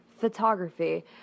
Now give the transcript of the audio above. Photography